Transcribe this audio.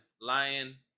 Lion